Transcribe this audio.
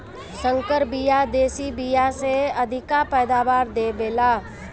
संकर बिया देशी बिया से अधिका पैदावार दे वेला